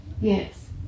Yes